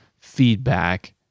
feedback